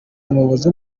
umuyobozi